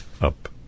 up